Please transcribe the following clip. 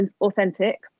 authentic